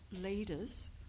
leaders